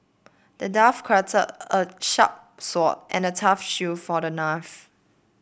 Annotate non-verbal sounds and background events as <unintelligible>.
the dwarf crafted a sharp sword and a tough shield for the <unintelligible>